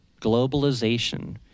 globalization